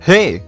Hey